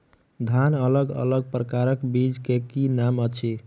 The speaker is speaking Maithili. धान अलग अलग प्रकारक बीज केँ की नाम अछि?